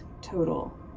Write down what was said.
total